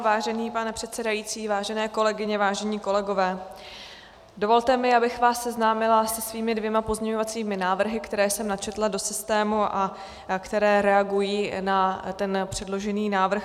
Vážený pane předsedající, vážené kolegyně, vážení kolegové, dovolte mi, abych vás seznámila se svými dvěma pozměňovacími návrhy, které jsem načetla do systému a které reagují na předložený návrh.